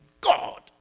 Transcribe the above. God